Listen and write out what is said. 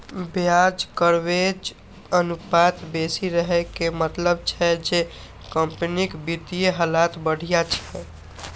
ब्याज कवरेज अनुपात बेसी रहै के मतलब छै जे कंपनीक वित्तीय हालत बढ़िया छै